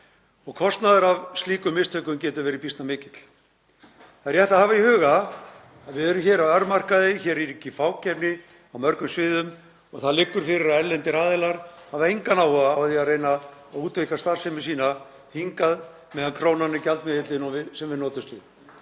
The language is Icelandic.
og kostnaður af slíkum mistökum getur verið býsna mikill. Það er rétt að hafa í huga að við erum hér á örmarkaði. Hér ríkir fákeppni á mörgum sviðum og það liggur fyrir að erlendir aðilar hafa engan áhuga á því að reyna að útvíkka starfsemi sína og koma hingað meðan krónan er gjaldmiðillinn sem við notumst við.